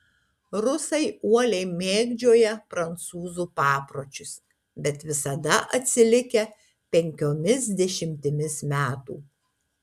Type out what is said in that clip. rusai uoliai mėgdžioja prancūzų papročius bet visada atsilikę penkiomis dešimtimis metų